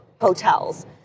hotels